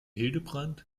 hildebrand